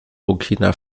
burkina